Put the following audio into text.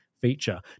feature